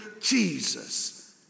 Jesus